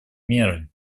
меры